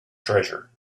treasure